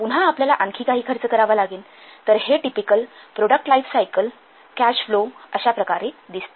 तर पुन्हा आपल्याला आणखी काही खर्च करावा लागेन तर हे typical product life cycle cash flow अशाप्रकारे दिसते